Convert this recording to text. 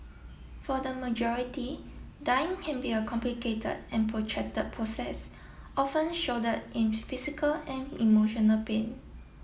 for the majority dying can be a complicated and protracted process often shrouded in physical and emotional pain